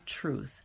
truth